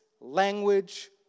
language